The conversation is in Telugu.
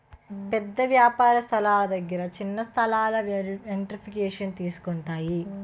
పెద్ద వ్యాపార సంస్థల దగ్గర చిన్న సంస్థలు ఎంటర్ప్రెన్యూర్షిప్ తీసుకుంటాయి